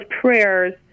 prayers